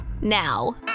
now